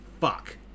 fuck